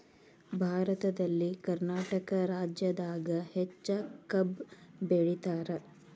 ಭಾರತದಲ್ಲಿ ಕರ್ನಾಟಕ ರಾಜ್ಯದಾಗ ಹೆಚ್ಚ ಕಬ್ಬ್ ಬೆಳಿತಾರ